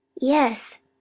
Yes